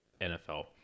NFL